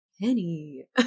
Penny